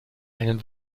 einen